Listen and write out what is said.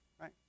right